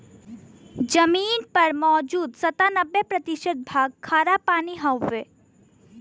जमीन पर मौजूद सत्तानबे प्रतिशत भाग खारापानी हउवे